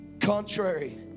contrary